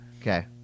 Okay